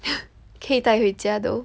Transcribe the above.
可以带回家 though